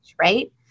right